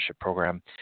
program